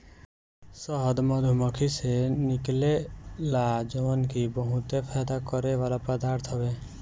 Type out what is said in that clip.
शहद मधुमक्खी से निकलेला जवन की बहुते फायदा करेवाला पदार्थ हवे